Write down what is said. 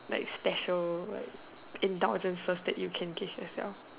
like special like indulgences that you can give yourself